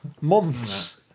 Months